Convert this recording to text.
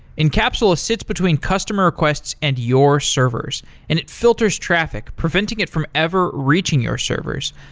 incapsula sits between customer requests and your servers and it filters traffic preventing it from ever reaching your servers.